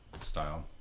style